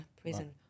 prison